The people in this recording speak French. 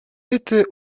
était